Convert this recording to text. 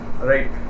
Right